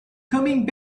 coming